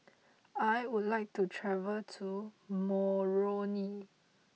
I would like to travel to Moroni